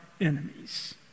enemies